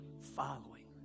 following